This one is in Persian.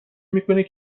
میکنی